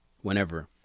whenever